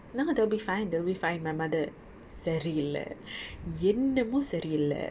now they'll be fine they'll be fine my mother சரி இல்லை என்னமோ சரி இல்லை:sari illai yennamo sari illai